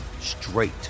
straight